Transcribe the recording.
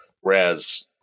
whereas